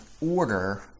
order